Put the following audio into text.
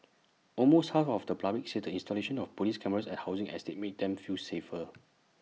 almost half of the public said the installation of Police cameras at housing estates made them feel safer